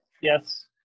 Yes